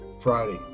Friday